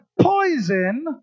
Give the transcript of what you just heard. poison